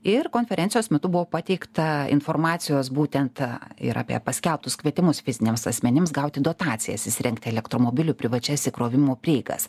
ir konferencijos metu buvo pateikta informacijos būtent ir apie paskelbtus kvietimus fiziniams asmenims gauti dotacijas įsirengti elektromobilių privačias įkrovimo prieigas